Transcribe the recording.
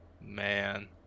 Man